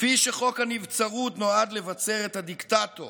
כפי שחוק הנבצרות נועד לבצר את הדיקטטור